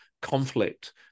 conflict